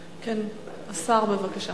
כן, השר, בבקשה.